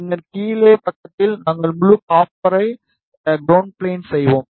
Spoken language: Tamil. பின்னர் கீழே பக்கத்தில் நாங்கள் முழு காப்பரை கிரவுண்ட் பிளான் செய்வோம்